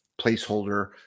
placeholder